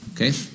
Okay